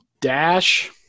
dash